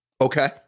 Okay